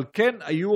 אבל כן היו